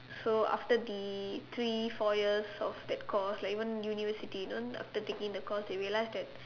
so after the three four years of that course like even university you know after taking that course they realise that